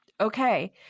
okay